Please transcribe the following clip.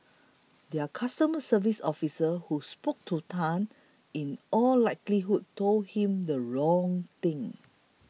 their customer service officer who spoke to Tan in all likelihood told him the wrong thing